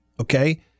okay